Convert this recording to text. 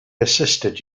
assisted